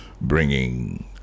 bringing